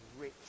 rich